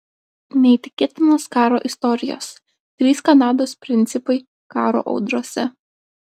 neįtikėtinos karo istorijos trys kanados princai karo audrose